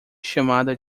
chamada